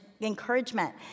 encouragement